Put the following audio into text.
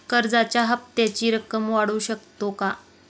कर्जाच्या हप्त्याची रक्कम वाढवू शकतो का?